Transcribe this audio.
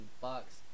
Bucks